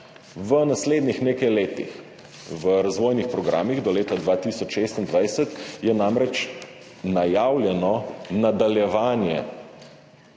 V naslednjih nekaj letih, v razvojnih programih do leta 2026 je namreč najavljeno nadaljevanje